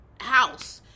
house